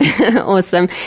Awesome